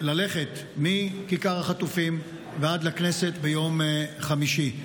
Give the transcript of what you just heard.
ללכת מכיכר החטופים ועד לכנסת ביום חמישי.